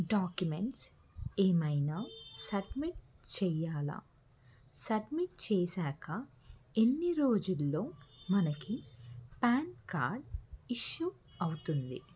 documents ఏమైనా submit చెయ్యాలా submit చేసాక ఎన్ని రోజుల్లో మనకి పాన్ కార్డు ఇష్యూ అవుతుంది